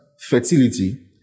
fertility